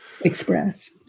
express